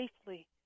safely